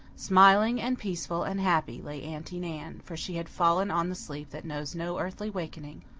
smiling and peaceful and happy lay aunty nan, for she had fallen on the sleep that knows no earthy wakening,